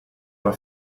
alla